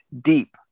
deep